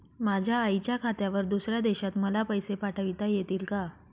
माझ्या आईच्या खात्यावर दुसऱ्या देशात मला पैसे पाठविता येतील का?